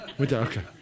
Okay